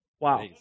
wow